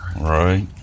right